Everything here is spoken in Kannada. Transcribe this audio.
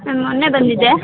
ಮ್ಯಾಮ್ ಮೊನ್ನೆ ಬಂದಿದ್ದೆ